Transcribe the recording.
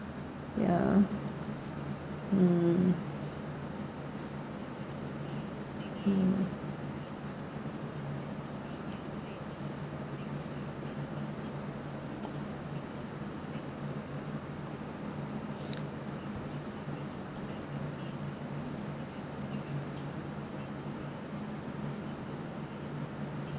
ya mm mm mm